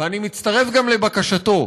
ואני מצטרף גם לבקשתו: